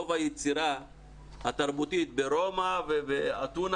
רוב היצירה התרבותית ברומא ובאתונה